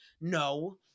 No